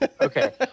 okay